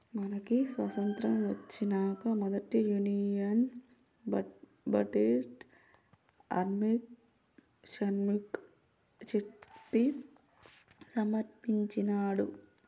మనకి స్వతంత్రం ఒచ్చినంక మొదటి union budget R K Shanmukham Chetty సమర్పించినాడు